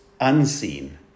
unseen